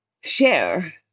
share